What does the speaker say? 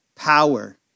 Power